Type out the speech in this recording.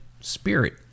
spirit